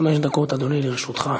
חמש דקות, אדוני, לרשותך.